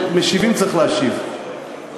כשמשיבים צריך להשיב,